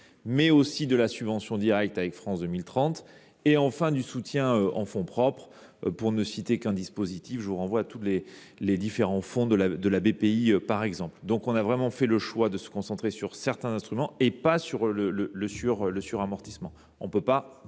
mais aussi la subvention directe avec France 2030 ou le soutien en fonds propres. Pour ne citer qu’un dispositif, je vous renvoie à tous les différents fonds de Bpifrance. Nous avons donc fait le choix de nous concentrer sur certains instruments et pas suramortissement. On ne peut pas